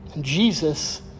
Jesus